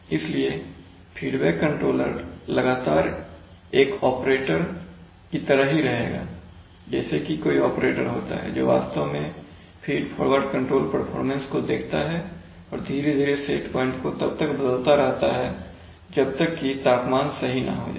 इसलिए feedback controller लगातार एक ऑपरेटर की तरह ही रहेगा जैसे कि कोई ऑपरेटर होता है जो वास्तव में फीड फॉरवर्ड कंट्रोल परफॉर्मेंस को देखता है और धीरे धीरे सेट पॉइंट को तब तक बदलता रहता है जब तक कि तापमान सही न हो जाए